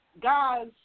Guys